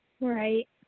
Right